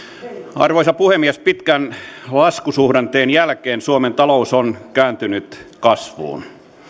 arvoisa puhemies pitkän laskusuhdanteen jälkeen suomen talous on kääntynyt kasvuun